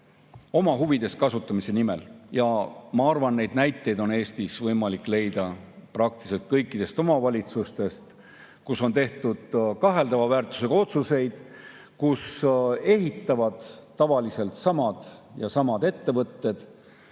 oma huvides kasutamise nimel. Ma arvan, et neid näiteid on Eestis võimalik leida praktiliselt kõikidest omavalitsustest. On tehtud kaheldava väärtusega otsuseid: ehitavad tavaliselt ühed ja samad ettevõtted,